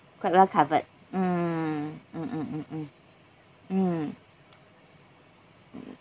quite well covered mm mm mm mm mm mm